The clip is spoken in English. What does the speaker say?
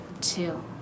two